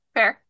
Fair